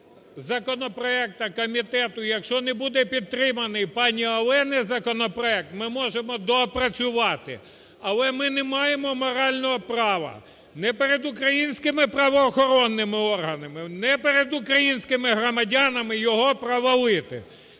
законопроекту комітету, якщо не буде підтриманий пані Олени законопроект, ми можемо доопрацювати. Але ми не маємо морального права ні перед українськими правоохоронними органами, ні перед українськими громадянами його провалити.